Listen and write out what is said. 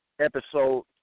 episode